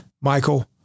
Michael